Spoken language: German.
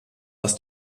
aus